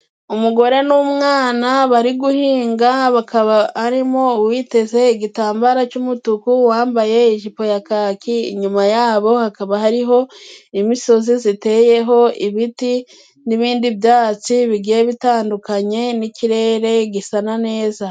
Umugore n'umwana bari guhinga bakaba harimo uwiteze igitambaro c'umutuku, uwambaye ijipo ya kaki, inyuma yabo hakaba hariho imisozi ziteyeho ibiti n'ibindi byatsi bigiye bitandukanye n'ikirere gisana neza.